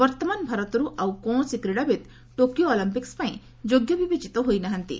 ବର୍ତ୍ତମାନ ଭାରତରୁ ଆଉ କୌଣସି କ୍ରୀଡ଼ାବିତ୍ ଟେକିଓ ଅଲମ୍ପିକ୍ସ୍ ପାଇଁ ଯୋଗ୍ୟ ବିବେଚିତ ହୋଇ ନାହାନ୍ତି